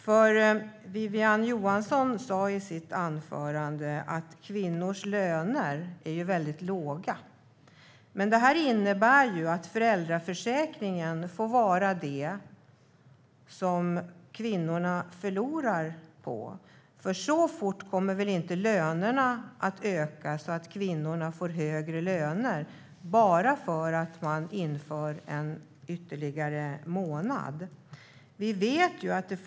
Wiwi-Anne Johansson sa i sitt anförande att kvinnors löner är väldigt låga. Men det här innebär att föräldraförsäkringen får vara det som kvinnorna förlorar på, för så fort kommer väl inte lönerna att öka? Kvinnorna får väl inte högre löner bara för att man inför en ytterligare månad?